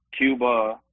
cuba